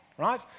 right